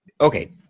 Okay